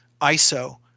ISO